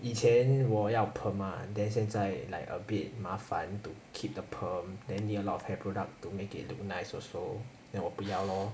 以前我要 perm ah then 现在 like a bit 麻烦 to keep the perm then need a lot of hair product to make it look nice also then 我不要 lor